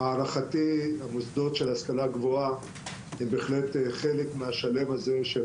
ולהערכתי המוסדות של ההשכלה הגבוהה הם בהחלט חלק מהשלם הזה של